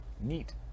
neat